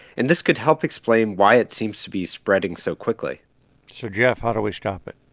and this could help explain why it seems to be spreading so quickly so, geoff, how do we stop it?